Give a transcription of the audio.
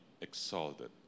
exalted